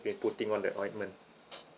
been putting on that ointment